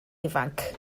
ifanc